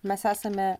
mes esame